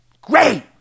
Great